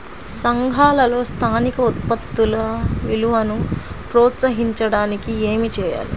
సంఘాలలో స్థానిక ఉత్పత్తుల విలువను ప్రోత్సహించడానికి ఏమి చేయాలి?